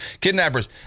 kidnappers